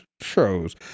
shows